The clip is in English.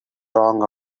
wrong